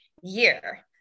year